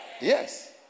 Yes